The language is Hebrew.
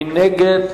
מי נגד?